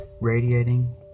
radiating